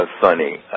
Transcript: funny